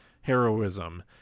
heroism